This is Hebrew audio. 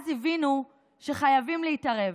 אז הבינו שחייבים להתערב.